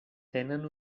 tenen